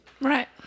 Right